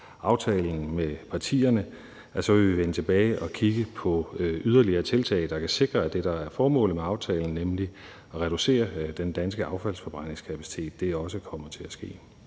aftalen med partierne, at vi vil vende tilbage og kigge på yderligere tiltag, der kan sikre, at det, der er formålet med aftalen, nemlig at reducere den danske affaldsforbrændingskapacitet, også kommer til at ske.